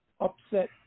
upset